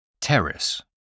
Terrace